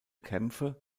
kämpfe